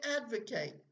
advocate